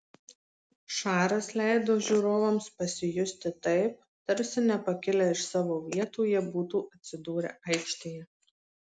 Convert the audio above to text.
šaras leido žiūrovams pasijusti taip tarsi nepakilę iš savo vietų jie būtų atsidūrę aikštėje